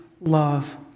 love